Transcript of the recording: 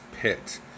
pit